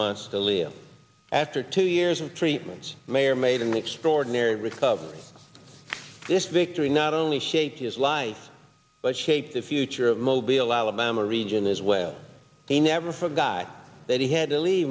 months to live after two years of treatments mayer made an extraordinary recovery this victory not only shaped his life but shape the future of mobile alabama region as well he never forgot that he had to leave